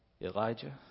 Elijah